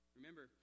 remember